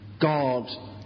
God